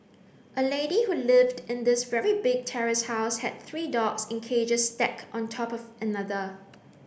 a lady who lived in this very big terrace house had three dogs in cages stacked on top of another